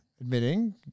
admitting